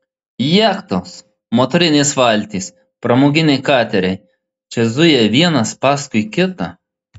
jachtos motorinės valtys pramoginiai kateriai čia zuja vienas paskui kitą